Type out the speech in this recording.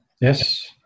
Yes